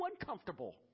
uncomfortable